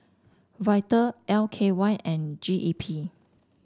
Vital L K Y and G E P